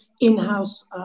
in-house